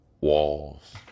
Walls